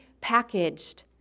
packaged